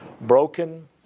broken